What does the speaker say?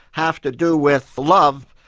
have to do with love,